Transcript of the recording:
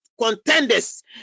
contenders